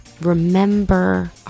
remember